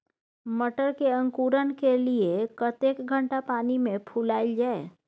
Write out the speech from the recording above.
मटर के अंकुरण के लिए कतेक घंटा पानी मे फुलाईल जाय?